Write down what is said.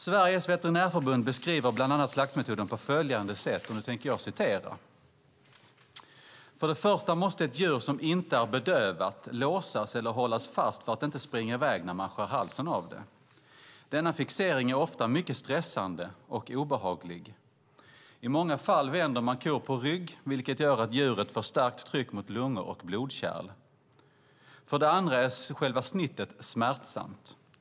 Sveriges Veterinärförbund beskriver bland annat slaktmetoden på följande sätt: "För det första måste ett djur som inte är bedövat låsas eller hållas fast för att inte springa iväg när man skär halsen av det. Denna fixering är ofta mycket stressande och obehaglig. I många fall vänder man kor på rygg, vilket gör att djuret får starkt tryck mot lungor och blodkärl. För det andra är själva snittet smärtsamt.